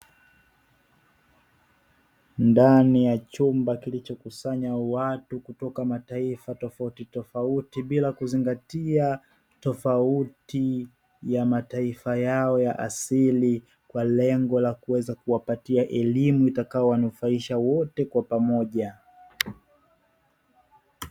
Ndani ya chumba kilichokusanya watu kutoka mataifa tofauti tofauti bila kuzingatia tofauti ya mataifa yao ya asili, kwa lengo la kuweza kuwapatia elimu itakayowanufaisha wote kwa pamoja.